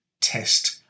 test